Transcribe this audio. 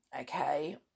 okay